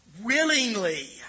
willingly